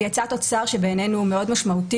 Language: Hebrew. ויצא תוצר שבעינינו הוא מאוד משמעותי